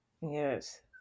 yes